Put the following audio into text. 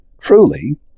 Truly